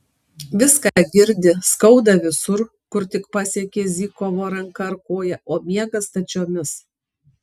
viską girdi skauda visur kur tik pasiekė zykovo ranka ar koja o miega stačiomis